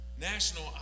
national